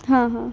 हाँ हाँ